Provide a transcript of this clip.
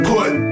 Put